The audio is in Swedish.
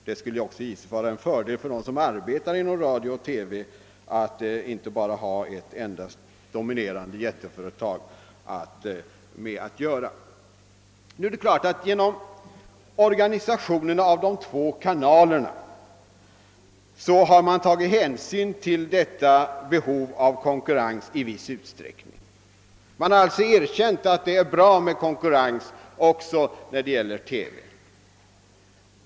Det skulle givetvis också vara en fördel för dem som arbetar inom radio och TV att inte bara ha att göra med ett enda dominerande företag. Genom organisationen av de två kanalerna har i viss utsträckning hänsyn tagits till detta behov. Man har alltså erkänt att det är bra med konkurrens också när det gäller. TV.